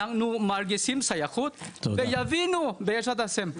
אנחנו מרגישים שייכות, ויבינו, בעזרת השם.